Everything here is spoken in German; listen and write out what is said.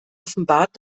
offenbart